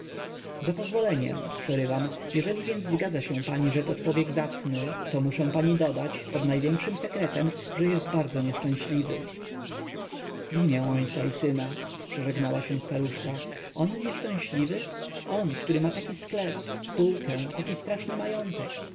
za pozwoleniem przerywam jeżeli więc zgadza się pani że to człowiek zacny to muszę pani dodać pod największym sekretem że jest bardzo nieszczęśliwy w imię ojca i syna przeżegnała się staruszka on nieszczęśliwy on który ma taki sklep spółkę taki straszny majątek